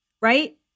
right